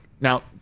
now